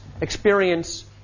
experience